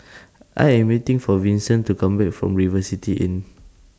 I Am waiting For Vinson to Come Back from River City Inn